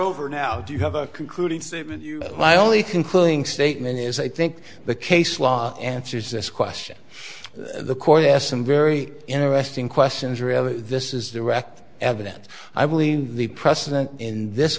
over now do you have a concluding my only concluding statement is i think the case law answers this question the court asked some very interesting questions really this is direct evidence i believe the precedent in this